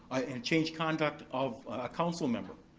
and change conduct of a council member.